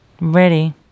Ready